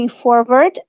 forward